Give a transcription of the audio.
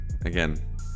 Again